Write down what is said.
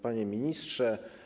Panie Ministrze!